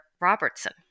Robertson